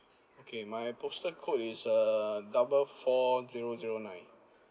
okay my postal code is err double four zero zero nine